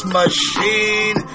machine